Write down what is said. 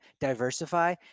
diversify